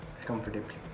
comfortably